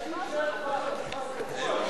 אולי שיישאר כבר על הדוכן קבוע.